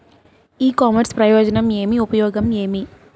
ఇ commerce ప్రయోజనం ఏమి? ఉపయోగం ఏమి?